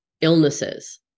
illnesses